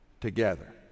together